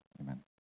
Amen